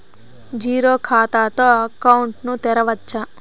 Zero ఖాతా తో account ను తెరవచ్చా?